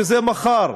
שזה מחר,